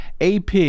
AP